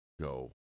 go